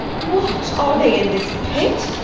what, are they in this pit?